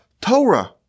Torah